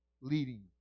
leading